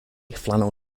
flannel